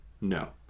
no